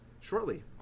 shortly